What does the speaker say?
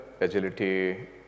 agility